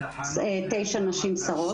תשע נשים שרות.